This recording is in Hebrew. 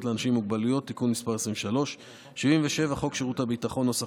לאנשים עם מוגבלות (תיקון מס' 23); 77. חוק שירות ביטחון ,